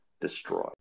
destroy